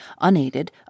unaided